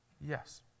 yes